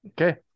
okay